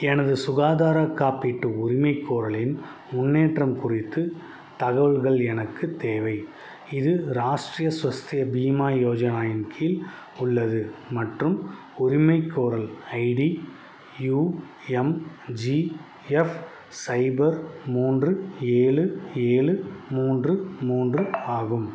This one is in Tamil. எனது சுகாதாரக் காப்பீட்டு உரிமைக்கோரலின் முன்னேற்றம் குறித்து தகவல்கள் எனக்குத் தேவை இது ராஷ்டிரிய ஸ்வஸ்திய பீமா யோஜனா இன் கீழ் உள்ளது மற்றும் உரிமைக்கோரல் ID U M G F சைபர் மூன்று ஏழு ஏழு மூன்று மூன்று ஆகும்